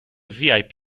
vip